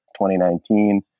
2019